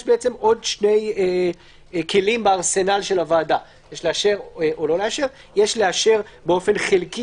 יש עוד שני כלים בארסנל הוועדה: לאשר באופן חלקי,